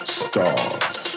stars